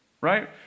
right